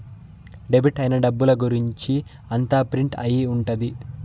debit అయిన డబ్బుల గురుంచి అంతా ప్రింట్ అయి ఉంటది